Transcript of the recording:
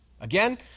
Again